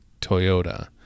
Toyota